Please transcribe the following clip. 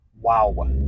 wow